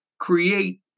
create